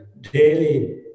daily